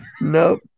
Nope